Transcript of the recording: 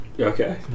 Okay